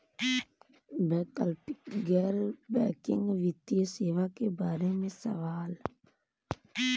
वैकल्पिक गैर बैकिंग वित्तीय सेवा के बार में सवाल?